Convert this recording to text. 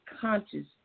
conscious